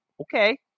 okay